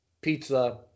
pizza